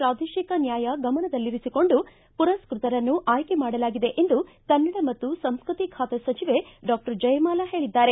ಪ್ರಾದೇಶಿಕ ನ್ಯಾಯ ಗಮನದಲ್ಲಿರಿಸಿಕೊಂಡು ಪುರಸ್ವತರನ್ನು ಆಯ್ಲೆ ಮಾಡಲಾಗಿದೆ ಎಂದು ಕನ್ನಡ ಮತ್ತು ಸಂಸ್ಕೃತಿ ಖಾತೆ ಸಚಿವೆ ಡಾಕ್ಷರ್ ಜಯಮಾಲಾ ಹೇಳದ್ದಾರೆ